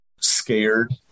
scared